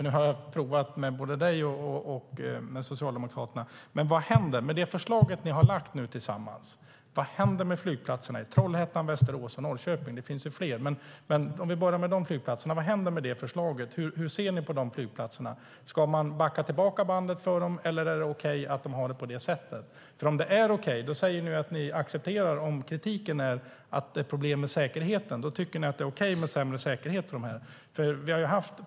Nu har jag provat med både Annika Lillemets och Socialdemokraterna. Med det förslag ni har lagt fram tillsammans, vad händer med flygplatserna i Trollhättan, Västerås och Norrköping? Det finns fler flygplaster, men vi börjar med dem. Vad händer med förslaget? Hur ser ni på de flygplatserna? Ska bandet backas för dem, eller är det okej att de har det så? Kritiken är att det är problem med säkerheten, och då tycker ni att det är okej med sämre säkerhet för dem.